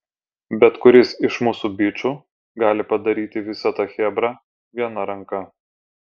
bet kuris iš mūsų bičų gali padaryti visą tą chebrą viena ranka